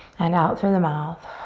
and out through the mouth.